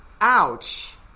Ouch